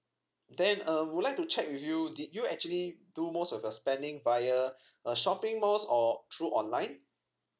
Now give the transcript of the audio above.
then um would like to check with you did you actually do most of your spending via uh shopping malls or through online